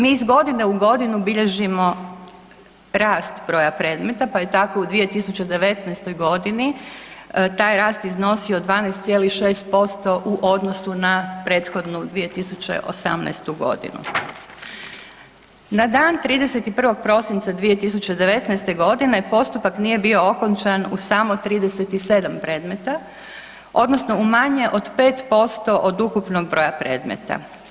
Mi iz godine u godinu bilježimo rast broja predmeta, pa je tako u 2019.g. taj rast iznosio 12,6% u odnosu na prethodnu 2018.g. Na dan 31. prosinca 2019.g. postupak nije bio okončan u samo 37 predmeta odnosno u manje od 5% od ukupnog broja predmeta.